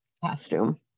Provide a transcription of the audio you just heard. costume